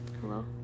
hello